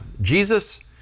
Jesus